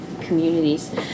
communities